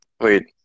Wait